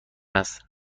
است